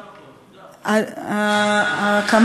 הקמת מדינה,